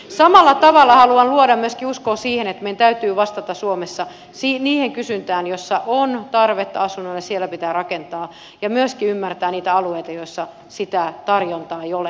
samalla tavalla haluan luoda myöskin uskoa siihen että meidän täytyy vastata suomessa siihen kysyntään kun on tarvetta asunnoille ja siellä pitää rakentaa ja myöskin ymmärtää niitä alueita joilla sitä tarjontaa ei ole